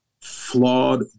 flawed